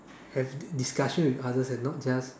have discussion with others and not just